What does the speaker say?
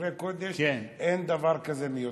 בדברי קודש אין דבר כזה מיותר.